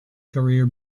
career